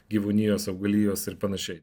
gyvūnijos augalijos ir panašiai